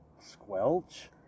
Squelch